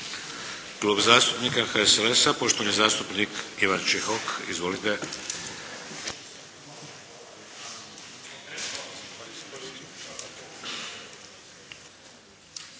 Klub zastupnika HSLS-a, poštovani zastupnik Ivan Čehok. Izvolite.